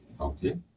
Okay